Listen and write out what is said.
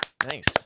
Thanks